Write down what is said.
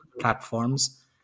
platforms